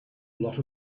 lot